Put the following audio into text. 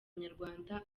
nyarwanda